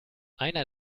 einer